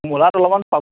মূলাত অলপমান পাব